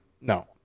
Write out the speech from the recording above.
no